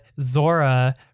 Zora